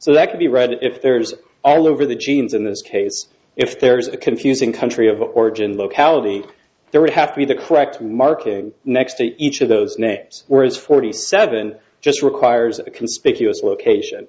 so that can be read if there's all over the genes in this case if there is a confusing country of origin locality there would have to be the correct marking next to each of those names whereas forty seven just requires a conspicuous location